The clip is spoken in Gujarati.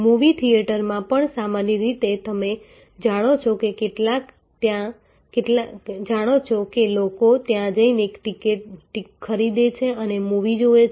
મૂવી થિયેટરમાં પણ સામાન્ય રીતે તમે જાણો છો કે લોકો ત્યાં જઈને ટિકિટ ખરીદે છે અને મૂવી જુએ છે